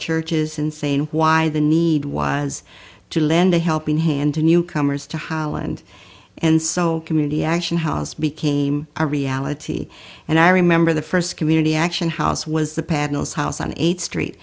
churches and saying why the need was to lend a helping hand to newcomers to holland and so community action house became a reality and i remember the first community action house was the paddles house on eighth street